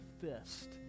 fist